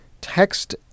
text